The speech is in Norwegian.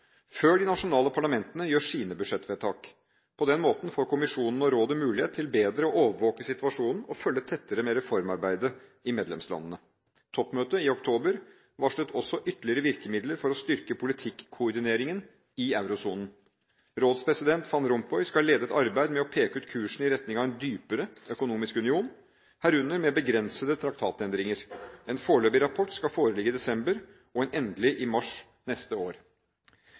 før de nasjonale parlamentene gjør sine budsjettvedtak. På den måten får kommisjonen og rådet mulighet til bedre å overvåke situasjonen og følge reformarbeidet i medlemslandene tettere. Toppmøtet i oktober varslet også ytterligere virkemidler for å styrke politikkoordineringen i eurosonen. Rådspresident van Rompuy skal lede et arbeid med å peke ut kursen i retning av en dypere økonomisk union, herunder begrensede traktatendringer. En foreløpig rapport skal foreligge i desember og en endelig i mars neste år.